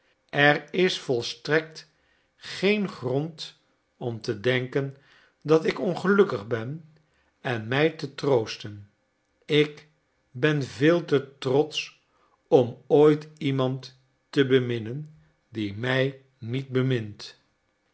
er is volstrekt geen grond om te denken dat ik ongelukkig ben en mij te troosten ik ben veel te trotsch om ooit iemand te beminnen die mij niet bemint